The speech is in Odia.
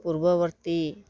ପୂର୍ବବର୍ତ୍ତୀ